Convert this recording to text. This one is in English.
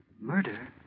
murder